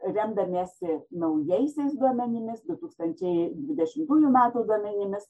remdamiesi naujaisiais duomenimis du tūkstančiai dvidešimtųjų metų duomenimis